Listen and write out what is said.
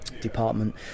department